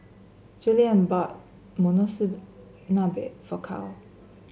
Julien bought Monsunabe for Cal